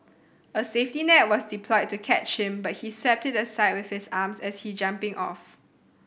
a safety net was deployed to catch him but he swept it aside with his arms as he jumping off